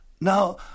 Now